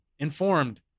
Informed